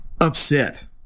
upset